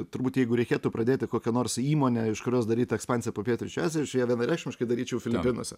turbūt jeigu reikėtų pradėti kokią nors įmonę iš kurios daryti ekspansiją po pietryčių aziją aš ją vienareikšmiškai daryčiau filipinuose